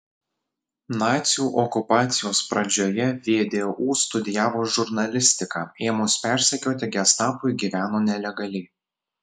nacių okupacijos pradžioje vdu studijavo žurnalistiką ėmus persekioti gestapui gyveno nelegaliai